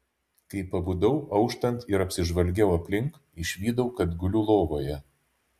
kai pabudau auštant ir apsižvalgiau aplink išvydau kad guliu lovoje